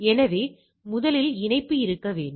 எனவே முதலில் இணைப்பு இருக்க வேண்டும்